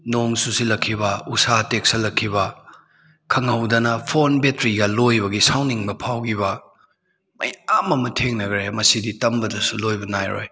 ꯅꯣꯡ ꯆꯨꯁꯤꯜꯂꯛꯈꯤꯕ ꯎꯁꯥ ꯇꯦꯛꯁꯜꯂꯛꯈꯤꯕ ꯈꯪꯍꯧꯗꯅ ꯐꯣꯟ ꯕꯦꯇ꯭ꯔꯤꯒ ꯂꯣꯏꯕꯒꯤ ꯁꯥꯎꯅꯤꯡꯕ ꯐꯥꯎꯈꯤꯕ ꯃꯌꯥꯝ ꯑꯃ ꯊꯦꯡꯅꯈ꯭ꯔꯦ ꯃꯁꯤꯗꯤ ꯇꯝꯕꯗꯁꯨ ꯂꯣꯏꯕ ꯅꯥꯏꯔꯣꯏ